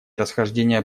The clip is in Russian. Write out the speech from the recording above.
расхождения